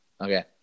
Okay